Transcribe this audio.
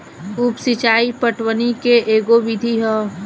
उप सिचाई पटवनी के एगो विधि ह